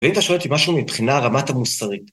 ‫ואם אתה שואל אותי משהו ‫מבחינה הרמה המוסרית...